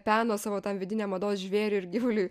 peno savo tam vidiniam mados žvėriui ir gyvuliui